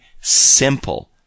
simple